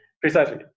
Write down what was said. Precisely